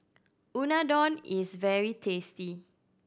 unadon is very tasty